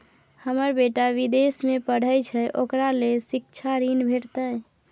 हमर बेटा विदेश में पढै छै ओकरा ले शिक्षा ऋण भेटतै?